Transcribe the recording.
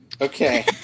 Okay